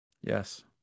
Yes